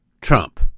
Trump